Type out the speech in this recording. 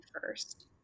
first